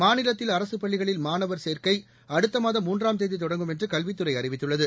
மாநிலத்தில் அரசு பள்ளிகளில் மாணவர் சேர்க்கை அடுத்த மாதம் மூன்றாம் தேதி தொடங்கும் என்று கல்வித்துறை அறிவித்துள்ளது